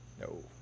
No